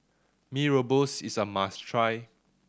Mee Rebus is a must try